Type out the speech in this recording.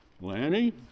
Lanny